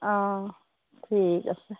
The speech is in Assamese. অঁ ঠিক অছে